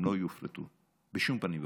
הם לא יופרטו בשום פנים ואופן,